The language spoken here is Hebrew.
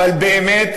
אבל באמת,